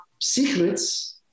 secrets